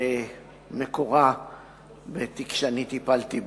מקורה בתיק שאני טיפלתי בו,